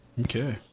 okay